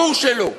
ברור שלא.